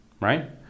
right